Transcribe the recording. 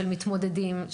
של מתמודדים,